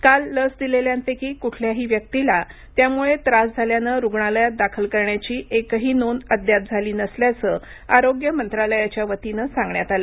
काल लस दिलेल्यांपैकी कूठल्याही व्यक्तीला त्यामुळे त्रास झाल्यानं रुग्णालयात दाखल करण्याची एकही नोंद अद्याप झाली नसल्यांच आरोग्य मंत्रालयाच्या वतीन सांगण्यात आलं